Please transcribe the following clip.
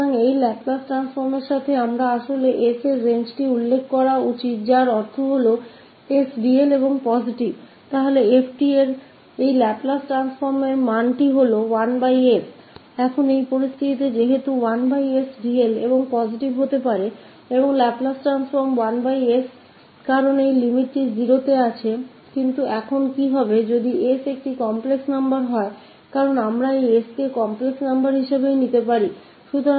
तो Laplace transform के साथ हमें एक्चुअली s का रेंज बताना होगा मतलब s रियल और पॉजिटिव है तो लेप्लास ट्रांसफार्म 𝑓𝑡 की वैल्यू 1s होगी अब के बाद से इस 𝑠 रियल और पॉजिटिव हो सकता है कि स्थिति हम देख चुके हैं और लाप्लास ट्रांसफार्म 1s था और कारण यह था कि क्योंकि क्युकी लिमिट 0 हो रही थी लेकिन अब क्या होगा अगर हम s complex नंबर ले क्योंकि हम s को complex नंबर लेने के लिए स्वतंत्र हैं